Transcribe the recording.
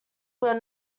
were